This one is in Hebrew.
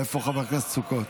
איפה חבר הכנסת סוכות?